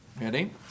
Ready